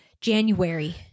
January